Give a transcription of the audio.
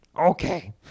Okay